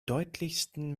deutlichsten